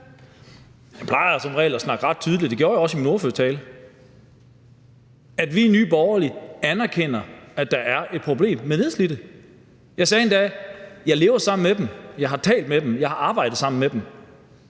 Jeg plejer som regel at snakke ret tydeligt. Det gjorde jeg også i min ordførertale. Vi i Nye Borgerlige anerkender, at der er et problem med nedslidte. Jeg sagde endda, at jeg lever sammen med dem, jeg har talt med dem, jeg har arbejdet sammen med dem.